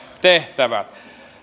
tehtävä